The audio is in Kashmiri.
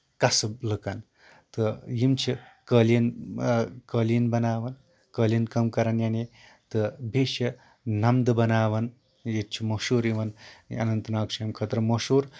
کصٕب لٕکن تہٕ یِم چھِ قٲلیٖن قٲلیٖن بَناوان قٲلیٖن کٲم کران یعنے تہٕ بیٚیہِ چھِ نَمدٕ بَناوان یہِ تہِ چھُ مشہوٗر یِوان اننت ناگ چھُ اَمہِ خٲطرٕ مشہوٗر